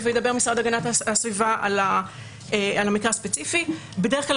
וידבר המשרד להגנת הסביבה על המקרה הספציפי: בדרך כלל,